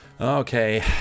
Okay